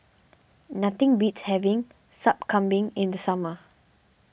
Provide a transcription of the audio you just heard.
nothing beats having Sup Kambing in the summer